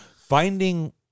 finding